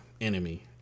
enemy